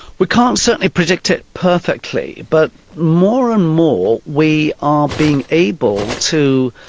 we can't certainly predict it perfectly but more and more we are being able to